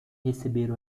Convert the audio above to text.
receber